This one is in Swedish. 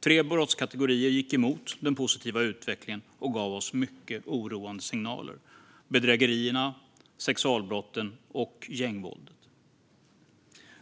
Tre brottskategorier gick emot den positiva utvecklingen och gav oss mycket oroande signaler - bedrägerierna, sexualbrotten och gängvåldet.